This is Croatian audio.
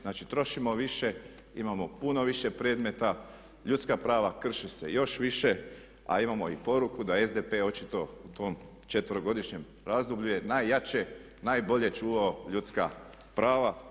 Znači trošimo više, imamo puno više predmeta, ljudska prava krše se još više a imamo i poruku da SDP očito u tom 4-godišnjem razdoblju je najjače, najbolje čuvao ljudska prava.